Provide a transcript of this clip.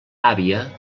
àvia